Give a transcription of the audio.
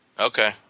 Okay